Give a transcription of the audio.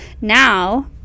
Now